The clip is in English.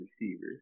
receiver